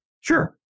Sure